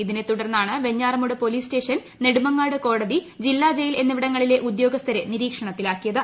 ഇതിനെത്തുടർന്നാണ് Venjaramoodu police station Nedumangad കോടതി ജില്ലാ ജയിൽ എന്നിവിടങ്ങളിലെ ഉദ്യോഗസ്ഥരെ നിരീക്ഷണത്തിലാക്കിയത്